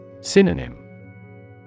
Synonym